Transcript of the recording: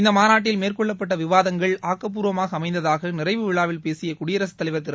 இந்த மாநாட்டில் மேற்கொள்ளப்பட்ட விவாதங்கள் ஆக்கப்பூர்வமாக அமைந்ததாக நிறைவு விழாவில் பேசிய குடியரசுத்தலைவர் திரு